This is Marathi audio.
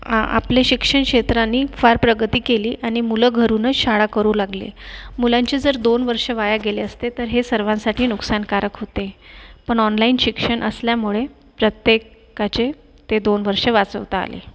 आपल्या शिक्षण क्षेत्राने फार प्रगती केली आणि मुलं घरूनच शाळा करू लागली मुलांचे जर दोन वर्ष वाया गेले असते तर हे सर्वांसाठी नुकसानकारक होते पण ऑनलाईन शिक्षण असल्यामुळे प्रत्येकाची ती दोन वर्षं वाचवता आले